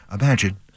imagine